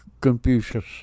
Confucius